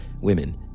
women